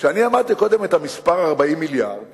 כשאני אמרתי קודם את המספר 40 מיליארד